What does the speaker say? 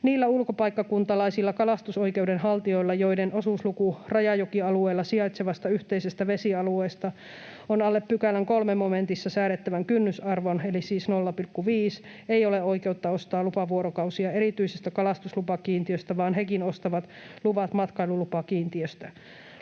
Niillä ulkopaikkakuntalaisilla kalastusoikeuden haltijoilla, joiden osuusluku rajajokialueella sijaitsevasta yhteisestä vesialueesta on alle pykälän 3 momentissa säädettävän kynnysarvon eli siis 0,5, ei ole oikeutta ostaa lupavuorokausia erityisistä kalastuslupakiintiöistä, vaan hekin ostavat luvat matkailulupakiintiöstä.